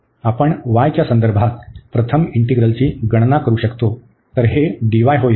आपण y च्या संदर्भात प्रथम इंटीग्रलची गणना करू शकतो तर हे dy होईल